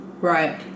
Right